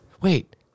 Wait